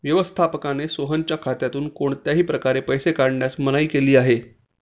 व्यवस्थापकाने सोहनच्या खात्यातून कोणत्याही प्रकारे पैसे काढण्यास मनाई केली आहे